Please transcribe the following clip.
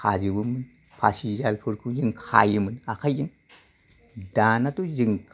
खाजोबोमोन हासिजिरफोरखौ खायोमोन जों आखायजों दानाथ' जों